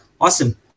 Awesome